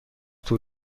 طول